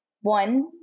one